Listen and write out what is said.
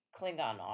Klingon